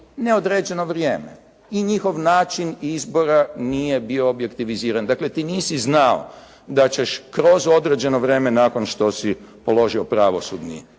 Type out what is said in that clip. neodređeno vrijeme i njihov način izbora nije bio objektiviziran. Dakle, ti nisi znao da ćeš kroz određeno vrijeme nakon što si položio pravosudni